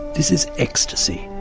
this is ecstasy,